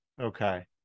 Okay